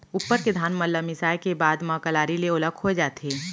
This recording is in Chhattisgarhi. उप्पर के धान मन ल मिसाय के बाद म कलारी ले ओला खोय जाथे